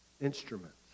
instruments